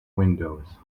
windows